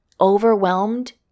overwhelmed